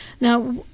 Now